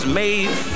made